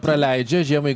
praleidžia žiemai